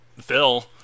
Phil